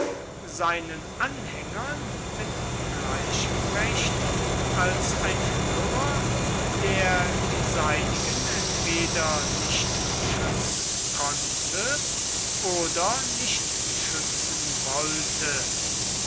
seinen anhängern mit gleichem recht als ein führer der die seinigen entweder nicht schützen konnte oder nicht schützen wollte